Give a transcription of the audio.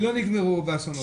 שלא נגמרו באסונות ברוך ה'.